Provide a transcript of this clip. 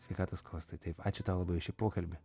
sveikatos kostui taip ačiū tau labai už šį pokalbį